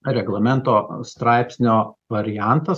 reglamento straipsnio variantas